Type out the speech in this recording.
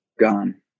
Gone